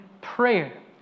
prayer